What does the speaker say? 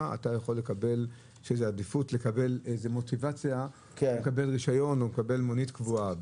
יש עדיפות לקבל רישיון או לקבל מונית קבועה.